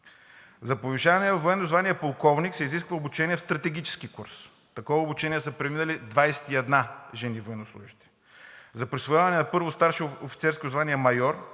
За повишаване във военно звание „полковник“ се изисква обучение в стратегически курс и такова обучение са преминали 21 жени военнослужещи. За присвояването на първо старши офицерско звание „майор“